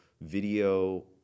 video